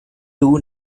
too